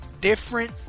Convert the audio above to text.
different